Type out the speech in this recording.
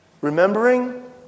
remembering